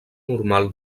normal